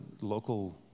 local